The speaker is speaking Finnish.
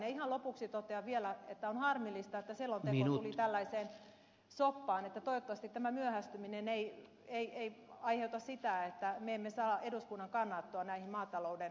ihan lopuksi totean vielä että on harmillista että selonteko tuli tällaiseen soppaan että toivottavasti tämä myöhästyminen ei aiheuta sitä että me emme saa ajoissa eduskunnan kannanottoa koskien näitä maatalouden ympäristötukia